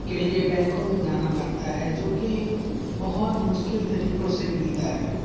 کے لیے بینکوں میں جانا پڑتا ہے جو کہ بہت مشکل طریقوں سے ملتا ہے